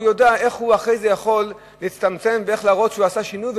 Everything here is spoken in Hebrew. הוא יודע איך הוא אחרי זה יכול להצטמצם ולהראות שהוא עשה שינוי,